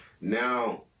Now